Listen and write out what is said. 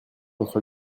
entre